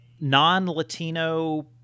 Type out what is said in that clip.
non-latino